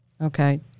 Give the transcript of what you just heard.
Okay